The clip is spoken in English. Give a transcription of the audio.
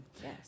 Yes